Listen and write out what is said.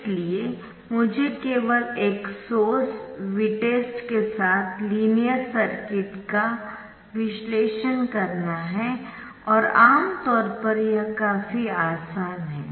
इसलिए मुझे केवल एक सोर्स Vtest के साथ लीनियर सर्किट का विश्लेषण करना है और आमतौर पर यह काफी आसान है